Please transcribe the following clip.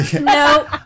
no